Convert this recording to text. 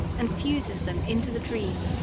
and fuses them into the dream,